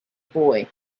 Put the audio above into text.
boy